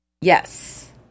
Yes